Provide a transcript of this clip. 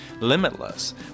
limitless